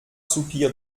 soupirs